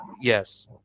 Yes